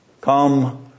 come